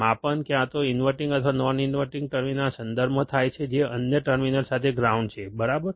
માપન ક્યાં તો ઇન્વર્ટીંગ અથવા નોન ઇન્વર્ટીંગ ટર્મિનલના સંદર્ભમાં થાય છે જે અન્ય ટર્મિનલ સાથે ગ્રાઉન્ડ છે બરાબર